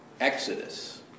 Exodus